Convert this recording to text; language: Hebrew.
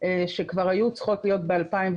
שכבר היו צריכות להיות ב-2017,